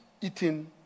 eating